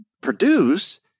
produce